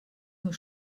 nur